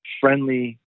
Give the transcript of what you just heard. friendly